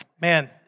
Man